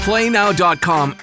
PlayNow.com